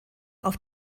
auf